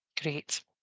Great